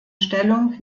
stellung